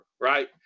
Right